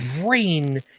brain